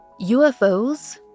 UFOs